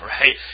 right